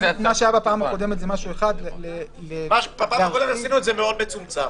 מה שהיה בפעם הקודמת זה משהו אחד --- עשינו את זה מאוד מצומצם.